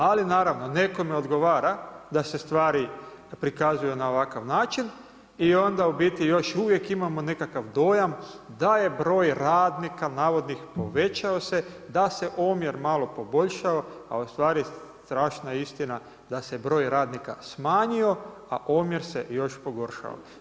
Ali naravno nekome odgovara da se stvari prikazuju na ovakav način i onda u biti još uvijek imamo nekakav dojam da je broj radnika navodnih povećao se, da se omjer malo poboljšao a ustvari strašna je istina da se broj radnika smanjio a omjer se još pogoršao.